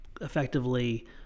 effectively